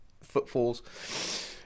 footfalls